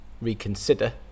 reconsider